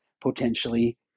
potentially